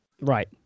Right